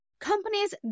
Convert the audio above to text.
companies